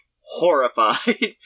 horrified